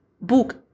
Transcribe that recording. book